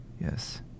Yes